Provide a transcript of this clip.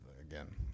Again